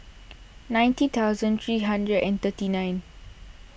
ninty thousand three hundred and thirty nine